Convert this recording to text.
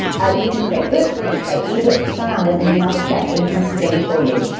you can create books, you can create ebooks, bam. there's another set of income streamed for you.